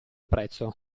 prezzo